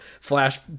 flash